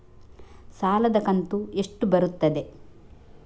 ಸಾಲದ ಕಂತು ಎಷ್ಟು ಬರುತ್ತದೆ?